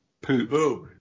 poop